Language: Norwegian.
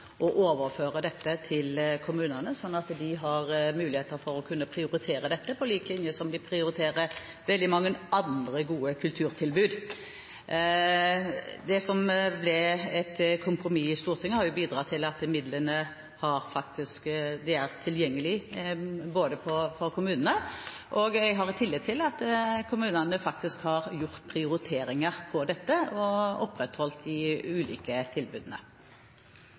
overføre dette til kommunene, sånn at de har mulighet til å kunne prioritere dette på lik linje med å prioritere veldig mange andre gode kulturtilbud. Det som ble et kompromiss i Stortinget, har bidratt til at midlene er tilgjengelige for kommunene, og jeg har tillit til at kommunene faktisk har gjort prioriteringer og opprettholdt de ulike tilbudene.